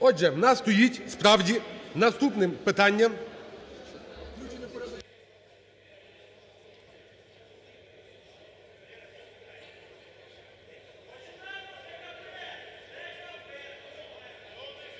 Отже, у нас стоїть справді наступним питанням…